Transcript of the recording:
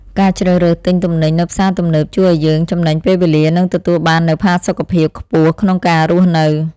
ការជ្រើសរើសទិញទំនិញនៅផ្សារទំនើបជួយឱ្យយើងចំណេញពេលវេលានិងទទួលបាននូវផាសុកភាពខ្ពស់ក្នុងការរស់នៅ។